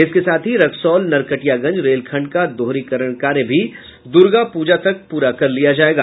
इसके साथ ही रक्सौल नरकटियागंज रेलखंड का दोहरीकरण कार्य भी दुर्गा प्रजा तक पूरा कर लिया जायेगा